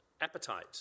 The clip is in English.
appetite